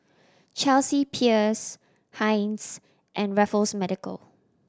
Chelsea Peers Heinz and Raffles Medical